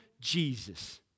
jesus